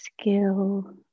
skill